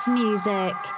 music